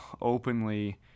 openly